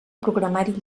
programari